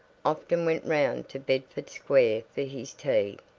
often went round to bedford square for his tea.